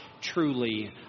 truly